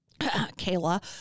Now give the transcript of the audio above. Kayla